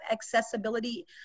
accessibility